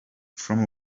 from